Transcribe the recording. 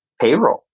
payroll